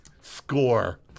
score